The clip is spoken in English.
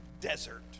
desert